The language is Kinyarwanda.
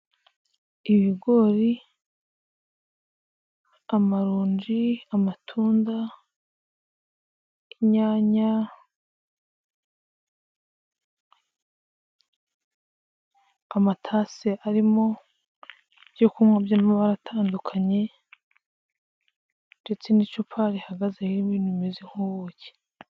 Ibigori, amaronji, amatunda, amatasi arimo ibyo kunywa by'amabara atandukanye, ndetse n'icupa rihagazeho ibintu bimeze nk' ubuki.